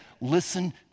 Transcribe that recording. listen